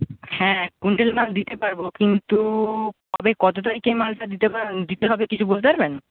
হ্যাঁ এক কুইন্ট্যাল মাল দিতে পারবো কিন্তু কবে কত তারিখে মালটা দিতে হবে দিতে হবে কিছু বলতে পারবেন